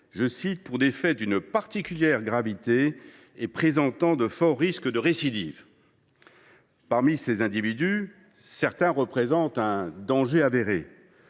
condamné pour « des faits d’une particulière gravité et présentant de forts risques de récidive ». Parmi ces individus, certains représentent un danger avéré.